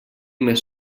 més